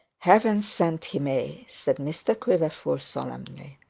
heaven send he may said mr quiverful, solemnly.